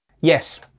Yes